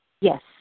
yes